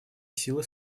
силы